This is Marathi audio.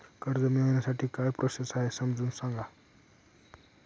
कर्ज मिळविण्यासाठी काय प्रोसेस आहे समजावून सांगा